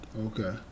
Okay